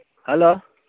hello